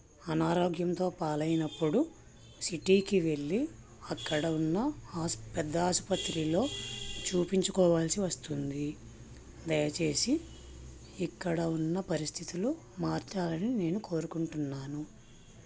అనారోగ్యంతో పాలైనప్పుడు సిటీకి వెళ్ళి అక్కడ ఉన్న ఆస్ పెద్ద ఆసుపత్రిలో చూపించుకోవాల్సి వస్తుంది దయచేసి ఇక్కడ ఉన్న పరిస్థితులు మార్చాలని నేను కోరుకుంటున్నాను